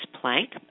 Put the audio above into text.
Plank